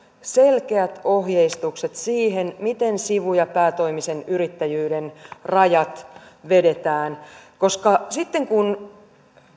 selkeät ohjeistukset siihen miten sivu ja päätoimisen yrittäjyyden rajat vedetään koska sitten kun